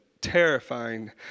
terrifying